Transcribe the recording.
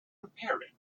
repairing